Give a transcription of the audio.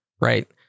Right